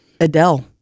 adele